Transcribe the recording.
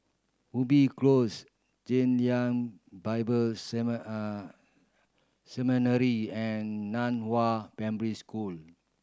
Ubi Close Chen Lien Bible Seminary and Nan Hua Primary School